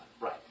Right